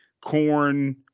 Corn